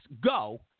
go